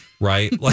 right